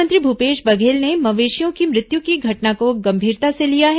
मुख्यमंत्री भूपेश बघेल ने मवेशियों की मृत्यु की घटना को गंभीरता से लिया है